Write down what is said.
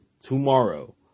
tomorrow